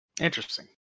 Interesting